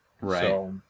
Right